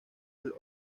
del